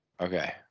Okay